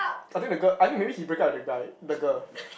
I think the girl I think maybe he break up with the guy the girl